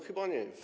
Chyba nie.